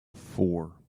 four